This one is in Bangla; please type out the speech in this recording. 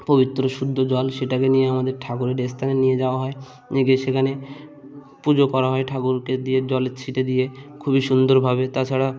পবিত্র শুদ্ধ জল সেটাকে নিয়ে আমাদের ঠাকুরের স্থানে নিয়ে যাওয়া হয় নিয়ে গিয়ে সেখানে পুজো করা হয় ঠাকুরকে দিয়ে জলের ছিটে দিয়ে খুবই সুন্দরভাবে তাছাড়া